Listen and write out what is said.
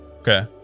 Okay